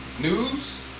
News